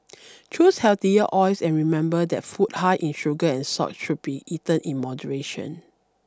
choose healthier oils and remember that food high in sugar and salt should be eaten in moderation